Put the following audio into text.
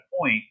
point